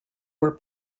were